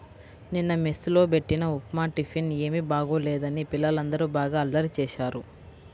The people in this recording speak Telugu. నిన్న మెస్ లో బెట్టిన ఉప్మా టిఫిన్ ఏమీ బాగోలేదని పిల్లలందరూ బాగా అల్లరి చేశారు